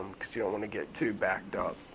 cause you don't wanna get too backed up.